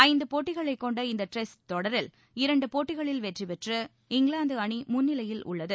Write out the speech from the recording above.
ஐந்து போட்டிகளை கொண்ட இந்த டெஸ்ட் தொடரில் இரண்டு போட்டிகளில் வெற்றி பெற்று இங்கிலாந்து அணி முன்னிலையில் உள்ளது